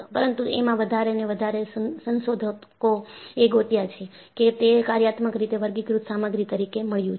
પરંતુએમાં વધારે ને વધારે સંશોધકો એ ગોત્યું છે કે તે કાર્યાત્મક રીતે વર્ગીકૃત સામગ્રી તરીકે મળ્યું છે